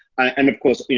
and of course,